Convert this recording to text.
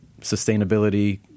sustainability